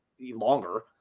longer